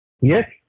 yes